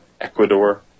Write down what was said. Ecuador